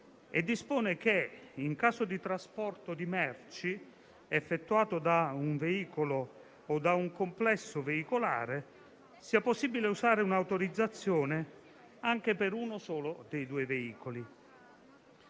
e dispone che, in caso di trasporto di merci effettuato da un veicolo o da un complesso veicolare, sia possibile usare un'autorizzazione anche per uno solo dei due veicoli.